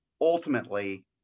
ultimately